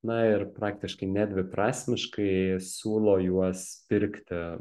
na ir praktiškai nedviprasmiškai siūlo juos pirkti